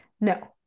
No